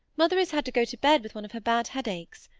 mother has had to go to bed with one of her bad headaches.